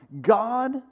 God